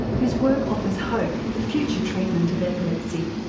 whose work offers hope for future treatment of epilepsy.